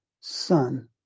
son